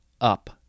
up